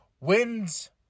wins